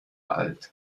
alt